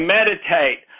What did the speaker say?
meditate